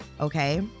Okay